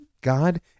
God